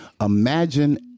Imagine